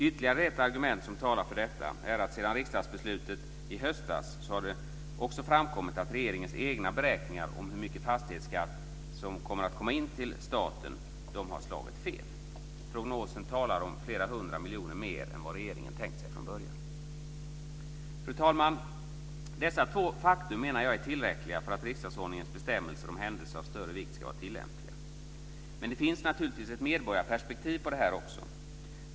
Ytterligare ett argument som talar för detta är att sedan riksdagsbeslutet i höstas har det också framkommit att regeringens egna beräkningar om hur mycket fastighetsskatt som kommer att komma in till staten har slagit fel. Prognosen talar om flera hundra miljoner mer än vad regeringen tänkt sig från början. Fru talman! Dessa två faktum menar jag är tillräckliga för att riksdagsordningens bestämmelser om händelser av större vikt ska vara tillämpliga. Men det finns naturligtvis också ett medborgarperspektiv på detta.